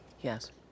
Yes